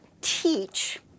teach